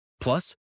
Plus